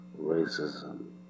racism